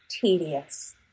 tedious